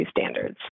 standards